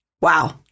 Wow